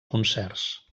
concerts